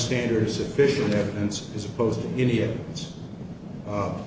standard sufficient evidence as opposed to india